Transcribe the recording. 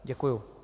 Děkuju.